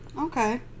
Okay